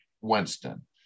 Winston